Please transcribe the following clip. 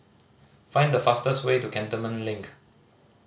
find the fastest way to Cantonment Link